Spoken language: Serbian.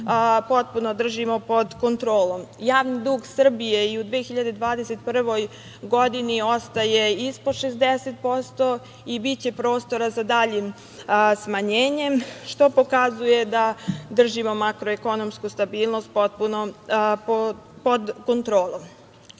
potpuno držimo pod kontrolom. Javni dug Srbije i u 2021. godini ostaje ispod 60% i biće prostora za daljim smanjenjem, što pokazuje da držimo makroekonomsku stabilnost pod kontrolom. Sve